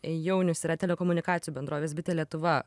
jaunius yra telekomunikacijų bendrovės bitė lietuva